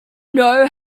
know